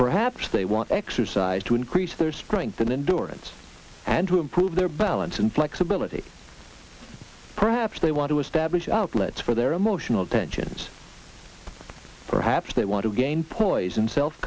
perhaps they want exercise to increase their strength in durance and to improve their balance and flexibility perhaps they want to establish outlets for their emotional tensions perhaps they want to gain poise and self